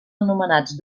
anomenats